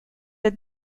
êtes